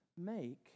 make